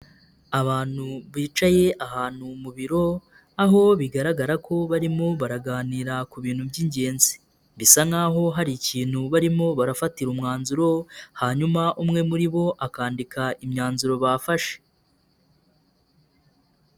Abantu bicaye ahantu mu biro, aho bigaragara ko barimo baraganira ku bintu by'ingenzi. Bisa nkaho hari ikintu barimo barafatira umwanzuro, hanyuma umwe muri bo akandika imyanzuro bafashe.